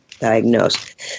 diagnosed